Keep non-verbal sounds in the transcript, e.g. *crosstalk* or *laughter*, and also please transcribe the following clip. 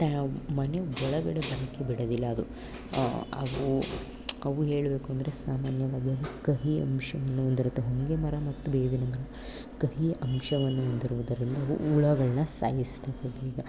ತಾ ಮನೆ ಒಳಗಡೆ ಬರೋಕೆ ಬಿಡೋದಿಲ್ಲ ಅದು ಹಾಗೂ ಅವು ಹೇಳಬೇಕು ಅಂದರೆ ಸಾಮಾನ್ಯವಾಗಿ ಅದು ಕಹಿ ಅಂಶವನ್ನು ಹೊಂದಿರುತ್ತೆ ಹೊಂಗೆಮರ ಮತ್ತು ಬೇವಿನಮರ ಕಹಿ ಅಂಶವನ್ನು ಹೊಂದಿರುವುದರಿಂದ ಅವು ಹುಳಗಳ್ನ ಸಾಯಿಸ್ತಾವೆ *unintelligible*